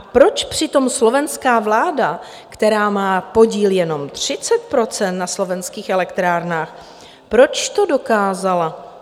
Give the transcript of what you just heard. Proč přitom slovenská vláda, která má podíl jenom 30 % na slovenských elektrárnách, proč to dokázala?